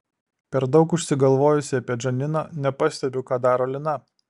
per daug užsigalvojusi apie džaniną nepastebiu ką daro lina